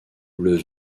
bleu